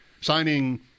signing